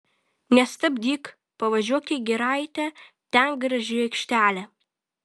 nestabdyk pavažiuok į giraitę ten graži aikštelė